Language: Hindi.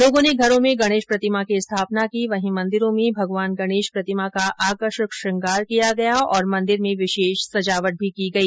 लोगों ने घरों में गणेश प्रतिमा की स्थापना की वहीं मंदिरों में भगवान गणेश प्रतिमा का आकर्षक शुंगार किया तथा मंदिर में विशेष सजावट भी की गई